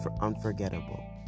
unforgettable